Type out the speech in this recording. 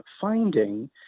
finding